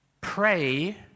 Pray